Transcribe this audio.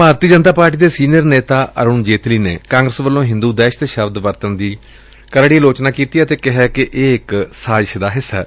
ਭਾਰਤੀ Janata party ਦੇ senior ਨੇਤਾ ਅਰੁਣ ਜੇਟਲੀ ਨੇ ਕਾਂਗਰਸ ਵੱਲੋਂ ਹਿੰਦੁ ਦਹਿਸ਼ਤ ਸ਼ਬਦ ਵਰਤਣ ਦੀ ਆਲੋਚਨਾ ਕੀਤੀ ਏ ਅਤੇ ਕਿਹਾ ਏ ਕਿ ਇਹ ਇਕ ਸਾਜਿਸ਼ ਏ